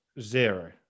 Zero